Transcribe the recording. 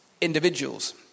Individuals